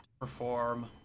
perform